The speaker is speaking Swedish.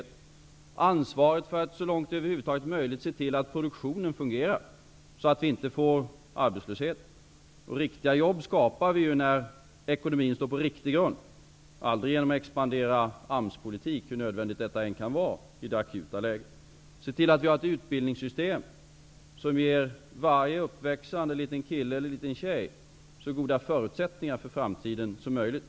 Det gäller både ansvaret för att så långt det över huvud taget är möjligt se till att produktionen fungerar så att det inte blir arbetslöshet. Riktiga jobb skapar vi när ekonomin står på riktig grund, aldrig med hjälp av expanderad AMS-politik -- hur nödvändigt det än kan vara i det akuta läget. Vi skall vidare se till att vi har ett utbildningssystem som ger varje uppväxande liten kille eller tjej så goda förutsättningar för framtiden som möjligt.